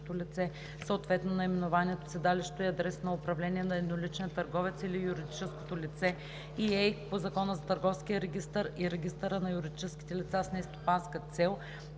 съответно наименованието, седалището и адреса на управление на едноличния търговец или юридическото лице и ЕИК по Закона за търговския регистър и регистъра на юридическите лица с нестопанска цел,